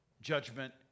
judgment